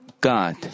God